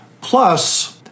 Plus